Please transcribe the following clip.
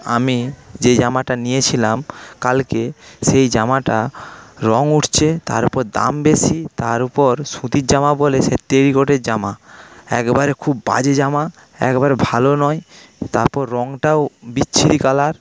আমি যে জামাটা নিয়েছিলাম কালকে সেই জামাটার রঙ উঠছে তার ওপর দাম বেশি তার ওপর সুতির জামা বলে সে টেরিকটের জামা একেবারে খুব বাজে জামা একেবারে ভালো নয় তারপর রঙটাও বিচ্ছিরি কালার